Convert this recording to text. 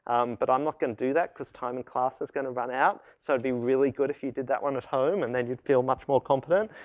um, but i'm not gonna do that because time in class is going to run out. so, it'd be really good if you did that one at home and then you'd feel much more competent.